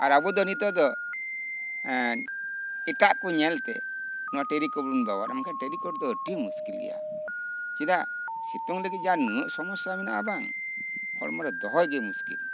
ᱟᱨ ᱟᱵᱚᱫᱚ ᱱᱤᱛᱚᱜ ᱫᱚ ᱮᱴᱟᱜ ᱠᱚ ᱧᱮᱞ ᱛᱮ ᱴᱮᱨᱤᱠᱚᱴ ᱵᱚᱱ ᱵᱮᱵᱚᱦᱟᱨᱟ ᱢᱮᱱᱠᱷᱟᱱ ᱴᱮᱨᱤᱠᱚᱴ ᱫᱚ ᱟᱹᱰᱤ ᱢᱩᱥᱠᱤᱞ ᱜᱮᱭᱟ ᱪᱮᱫᱟᱜ ᱥᱤᱛᱩᱝ ᱞᱟᱹᱜᱤᱫ ᱡᱟ ᱢᱩᱱᱟᱹᱜ ᱥᱳᱢᱚᱥᱟ ᱢᱮᱱᱟᱜᱼᱟ ᱵᱟᱝ ᱦᱚᱲᱚᱢᱚ ᱨᱮ ᱫᱚᱦᱚᱭ ᱜᱮ ᱢᱩᱥᱠᱤᱞ